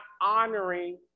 honoring